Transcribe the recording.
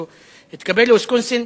שהתקבל לוויסקונסין,